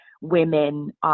women